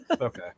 Okay